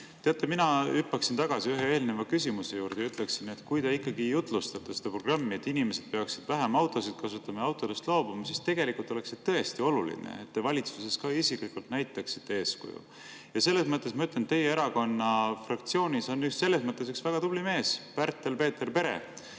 Teate, mina hüppaksin tagasi ühe eelneva küsimuse juurde ja ütleksin, et kui te ikkagi jutlustate seda programmi, et inimesed peaksid vähem autosid kasutama ja autodest loobuma, siis oleks tõesti oluline, et te valitsuses ka isiklikult eeskuju näitaksite. Selles mõttes, ma ütlen, on teie erakonna fraktsioonis üks väga tubli mees, Pärtel-Peeter Pere.